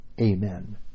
Amen